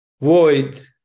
Void